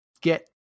get